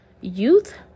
youth